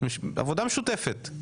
עבודה משותפת.